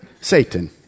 Satan